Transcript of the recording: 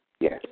Yes